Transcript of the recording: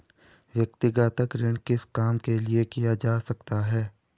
व्यक्तिगत ऋण किस काम के लिए किया जा सकता है?